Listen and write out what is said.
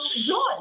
joy